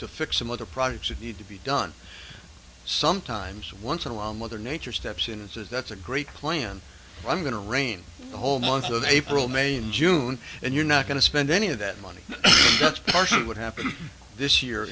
to fix some other projects of need to be done sometimes once in a while mother nature steps in and says that's a great plan i'm going to reign the whole month of april may and june and you're not going to spend any of that money that's partially what happened this year